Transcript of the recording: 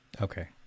Okay